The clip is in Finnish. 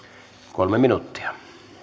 kolme minuuttia